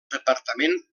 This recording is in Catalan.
departament